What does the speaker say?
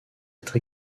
être